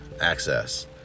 Access